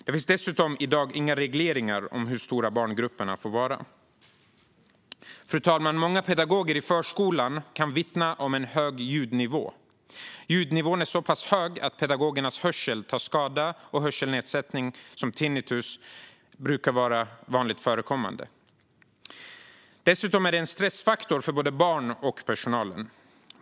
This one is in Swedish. Det finns dessutom i dag inga regleringar för hur stora barngrupperna får vara. Fru talman! Många pedagoger i förskolan kan vittna om en hög ljudnivå. Ljudnivån är så pass hög att pedagogernas hörsel tar skada, och hörselnedsättning som tinnitus är vanligt förekommande. Dessutom är det en stressfaktor för både barn och personal.